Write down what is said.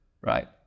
right